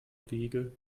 wege